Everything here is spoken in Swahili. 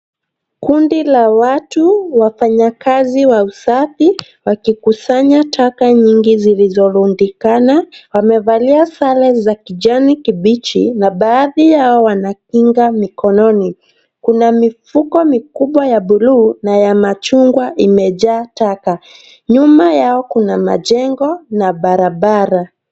Kundi la watu wafanyakazi wa usafi wakikusanya taka nyingi zilizorundikana. Wamevalia sare za kijani kibichi na baadhi yao wana kinga mikononi. Kuna mifuko mikubwa ya buluu na ya machungwa imejaa taka. Nyuma yao kuna majengo na barabara.